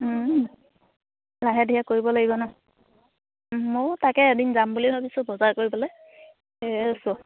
লাহে ধীৰে কৰিব লাগিব ন ময়ো তাকে এদিন যাম বুলি ভাবিছোঁ বজাৰ কৰিবলৈ সেয়ে আছোঁ